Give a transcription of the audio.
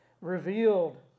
revealed